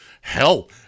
Hell